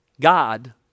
God